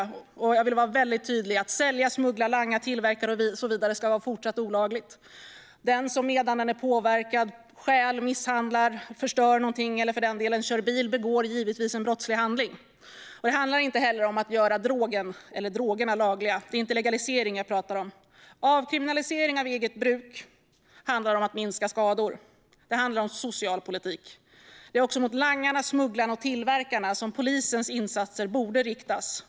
Jag vill vara tydlig: att sälja, smuggla, langa, tillverka och så vidare ska fortsatt vara olagligt. Den som medan den är påverkad stjäl, misshandlar, förstör någonting eller, för den delen, kör bil begår givetvis en brottslig handling. Det handlar inte heller om att göra drogerna lagliga; det är inte legalisering jag talar om. Avkriminalisering av eget bruk handlar om att minska skador. Det handlar om socialpolitik. Det är mot langarna, smugglarna och tillverkarna som polisens insatser borde riktas.